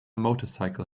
motorcycle